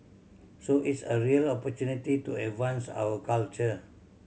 so it's a real opportunity to advance our culture